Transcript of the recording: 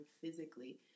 physically